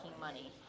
money